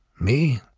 me,